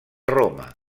roma